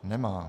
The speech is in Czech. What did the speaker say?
Nemá.